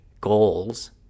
goals